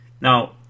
Now